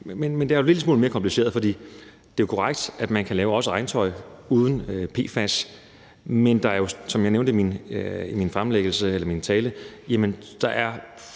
men det er jo en lille smule mere kompliceret, for det er korrekt, at man også kan lave regntøj uden PFAS, men der er, som jeg nævnte i min tale,